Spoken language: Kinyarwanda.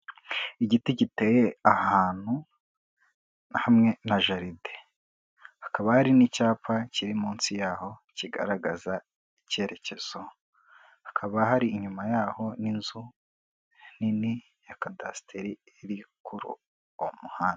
Igiti giteye ahantu, hamwe na jaride. Hakaba hari n'icyapa kiri munsi yaho kigaragaza icyerekezo. Hakaba hari inyuma yaho n'inzu nini ya kadasitere, iri kuri uwo muhanda.